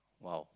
!wow!